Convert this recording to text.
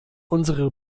unsere